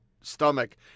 stomach